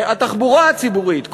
התחבורה הציבורית,